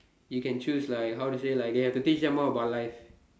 you can choose like how to say like they have to teach them more about life